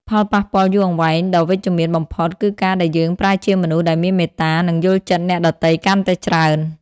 ផលប៉ះពាល់យូរអង្វែងដ៏វិជ្ជមានបំផុត គឺការដែលយើងប្រែជាមនុស្សដែលមានមេត្តា និងយល់ចិត្តអ្នកដទៃកាន់តែច្រើន។